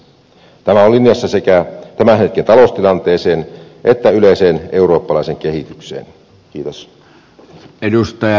tämä on linjassa sekä tämän hetken taloustilanteeseen että yleiseen eurooppalaiseen kehitykseen nähden